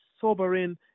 sobering